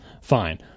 fine